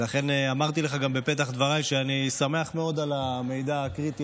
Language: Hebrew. לכן אמרתי לך גם בפתח דבריי שאני שמח מאוד על המידע הקריטי